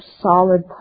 solid